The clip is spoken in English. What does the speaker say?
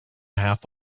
half